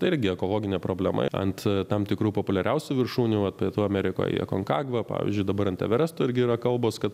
tai irgi ekologinė problema ant tam tikrų populiariausių viršūnių vat pietų amerikoj akonkagva pavyzdžiui dabar ant everesto irgi yra kalbos kad